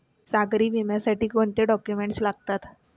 सागरी विम्यासाठी कोणते डॉक्युमेंट्स लागतात?